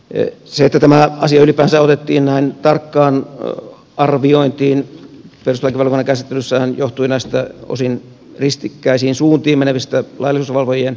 se että tämä asia ylipäänsä otettiin näin tarkkaan arviointiin perustuslakivaliokunnan käsittelyssä johtui näistä osin ristikkäisiin suuntiin menevistä laillisuusvalvojien ratkaisuista